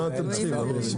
מה אתם צריכים?